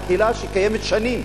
על קהילה שקיימת שנים,